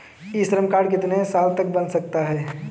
ई Shram card कितने साल तक बन सकता है?